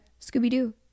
scooby-doo